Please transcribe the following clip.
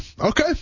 Okay